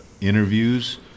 interviews